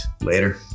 Later